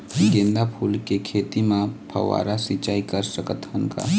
गेंदा फूल के खेती म फव्वारा सिचाई कर सकत हन का?